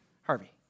Harvey